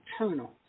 eternal